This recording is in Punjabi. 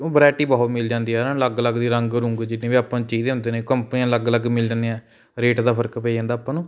ਉਂ ਵਰੈਟੀ ਬਹੁਤ ਮਿਲ ਜਾਂਦੀ ਆ ਨਾ ਅਲੱਗ ਅਲੱਗ ਦੀ ਰੰਗ ਰੁੰਗ ਜਿੰਨੇ ਵੀ ਆਪਾਂ ਚੀਜ਼ ਕੰਪਨੀਆਂ ਅਲੱਗ ਅਲੱਗ ਮਿਲ ਜਾਂਦੀਆਂ ਰੇਟ ਦਾ ਫਰਕ ਪੈ ਜਾਂਦਾ ਆਪਾਂ ਨੂੰ